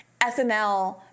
SNL